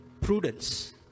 prudence